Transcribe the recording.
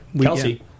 Kelsey